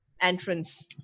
entrance